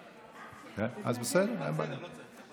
אז בסדר, אין בעיה.